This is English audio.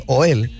oil